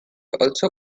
also